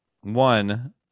one